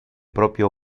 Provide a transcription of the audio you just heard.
propio